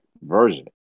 version